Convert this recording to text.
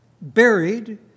buried